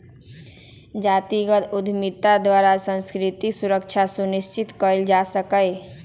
जातिगत उद्यमिता द्वारा सांस्कृतिक सुरक्षा सुनिश्चित कएल जा सकैय